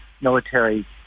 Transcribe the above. military